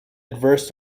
adverse